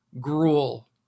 gruel